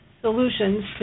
solutions